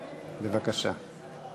בבקשה.